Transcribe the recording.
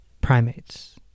primates